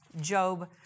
Job